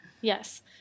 Yes